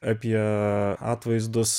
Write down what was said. apie atvaizdus